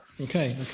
okay